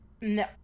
No